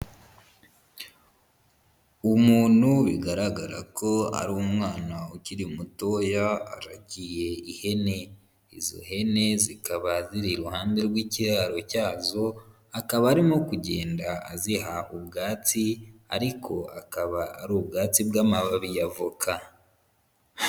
Umuntu bigaragara ko ari umwana ukiri mutoya aragiye ihene, izo hene zikaba ziri iruhande rw'ikiraro cyazo akaba arimo kugenda aziha ubwatsi ariko akaba ari ubwatsi bw'amababi y'avoka.